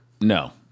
No